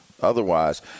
Otherwise